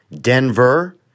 Denver